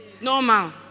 normal